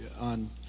on